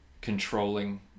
controlling